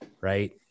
Right